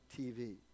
TV